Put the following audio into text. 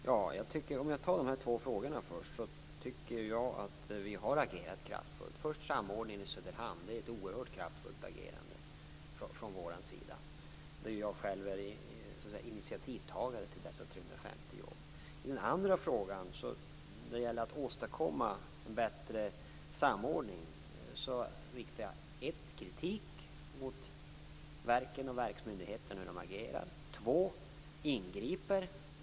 Herr talman! Jag skall svara på de två frågorna först. Jag tycker att vi har agerat kraftfullt. Samordningen i Söderhamn är ett oerhört kraftfullt agerande från vår sida, där jag själv är initiativtagare till dessa I den andra frågan som handlade om att åstadkomma en bättre samordning, riktar jag för det första kritik mot verkens och verksmyndighetens sätt att agera. För det andra ingriper jag.